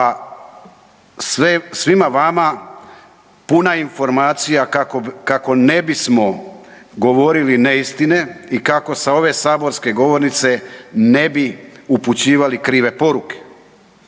Pa svima vama puna informacija kako ne bismo govorili neistine i kako sa ove saborske govornice ne bi upućivali krive poruke.